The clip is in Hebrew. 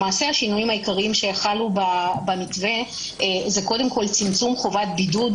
השינויים העיקריים שחלו במתווה זה קודם כול צמצום חובת בידוד